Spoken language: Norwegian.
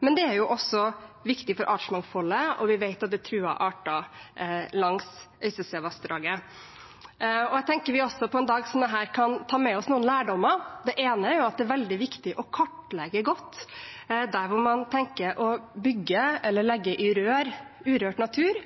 Men det er også viktig for artsmangfoldet. Vi vet at det er truede arter langs Øystesevassdraget. Jeg tenker at vi på en dag som dette kan ta med oss noen lærdommer. Det ene er at det er veldig viktig å kartlegge godt stedet man tenker å bygge eller legge urørt natur i rør,